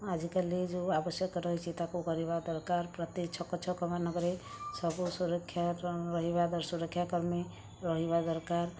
ଆଜିକାଲି ଯେଉଁ ଆବଶ୍ୟକ ରହିଛି ତାକୁ କରିବା ଦରକାର ପ୍ରତି ଛକ ଛକମାନଙ୍କରେ ସବୁ ସୁରକ୍ଷା ର ରହିବା ସୁରକ୍ଷାକର୍ମୀ ରହିବା ଦରକାର